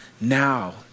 now